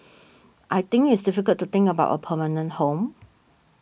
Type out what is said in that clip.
I think it's difficult to think about a permanent home